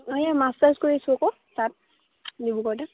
অঁ এই মাষ্টাৰ্ছ কৰিছোঁ আকৌ তাত ডিব্ৰুগড়তে